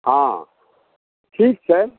हँ ठीक छै